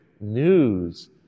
news